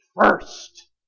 first